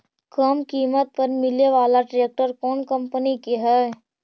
कम किमत पर मिले बाला ट्रैक्टर कौन कंपनी के है?